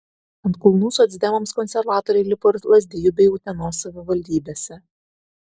ant kulnų socdemams konservatoriai lipo ir lazdijų bei utenos savivaldybėse